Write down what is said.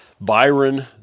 Byron